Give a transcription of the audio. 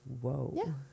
whoa